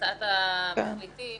הצעת המחליטים